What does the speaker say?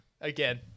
Again